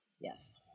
Yes